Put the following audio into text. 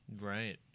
Right